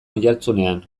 oihartzunean